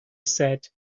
said